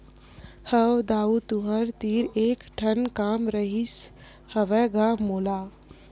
हव दाऊ तुँहर तीर एक ठन काम रिहिस हवय गा मोला